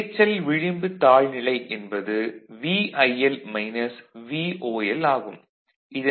இரைச்சல் விளிம்பு தாழ்நிலை என்பது VIL மைனஸ் VOL ஆகும்